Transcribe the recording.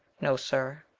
no, sir.